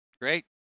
Great